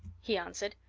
he answered,